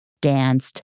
danced